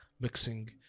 mixing